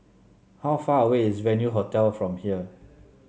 how far away is Venue Hotel from here